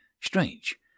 strange